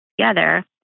together